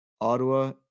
Ottawa